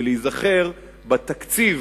ולהיזכר בתקציב